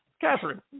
Catherine